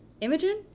Imogen